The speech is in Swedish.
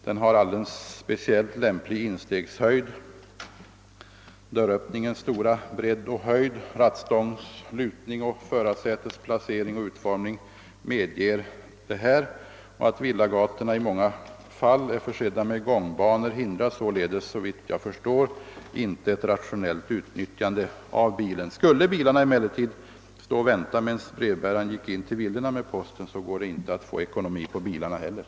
Den har en speciellt lämplig instegshöjd. Dörröppningens stora bredd och höjd liksom rattstångens lutning och förarsätets placering och utformning är också faktorer som medger detta. Att villagatorna i många fall är försedda med gångbanor hindrar således såvitt jag förstår inte ett rationellt utnyttjande a” bilen. Skulle bilarna emellertid få sti och vänta medan brevbärarna gick fram till villorna för att lämna posten, skulle det inte heller vara möjligt att ekonomiskt utnyttja bilarna.